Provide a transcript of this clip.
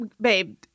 Babe